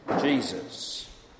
Jesus